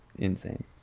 insane